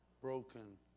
broken